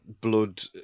blood